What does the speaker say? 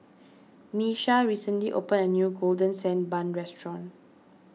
Miesha recently opened a new Golden Sand Bun restaurant